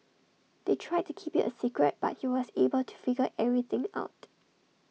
they tried to keep IT A secret but he was able to figure everything out